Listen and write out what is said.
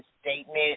statement